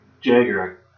Jagger